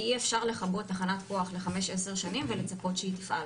כי אי אפשר לכבות תחנת כוח לחמש עשר שנים ולצפות שהיא תפעל.